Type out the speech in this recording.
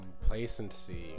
complacency